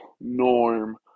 norm